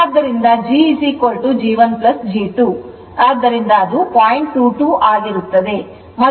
ಆದ್ದರಿಂದ g g 1 g 2 ಆದ್ದರಿಂದ g 2